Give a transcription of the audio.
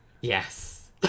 Yes